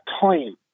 time